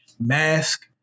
mask